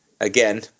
again